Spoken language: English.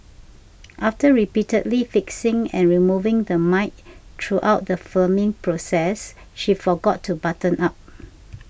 after repeatedly fixing and removing the mic throughout the filming process she forgot to button up